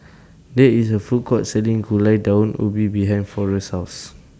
There IS A Food Court Selling Gulai Daun Ubi behind Forrest's House